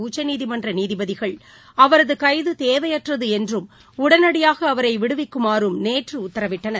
உச்சநீதிமன்ற நீதிபதிகள் அவரது கைது தேவையற்றது என்றும் உடனடியாக அவரை விடுவிக்குமாறும் நேற்று உத்தரவிட்டனர்